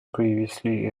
previously